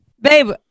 Babe